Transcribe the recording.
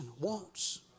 wants